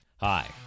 Hi